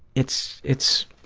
it's, it's